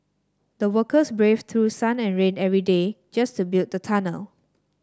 the workers braved through sun and rain every day just to build the tunnel